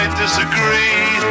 disagree